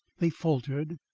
they faltered,